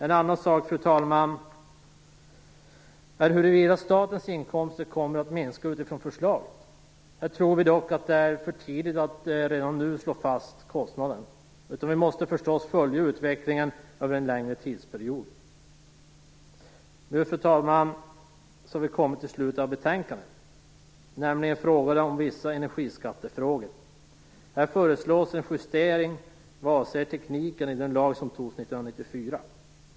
En annan sak, fru talman, är huruvida statens inkomster kommer att minska utifrån förslaget. Här tror vi dock att det är för tidigt att redan nu slå fast kostnaden. Vi måste förstås följa utvecklingen över en längre tidsperiod. Nu, fru talman, har vi kommit till slutet av betänkandet, nämligen avsnittet om vissa energiskattefrågor. Här föreslås en justering vad avser tekniken i den lag som antogs 1994.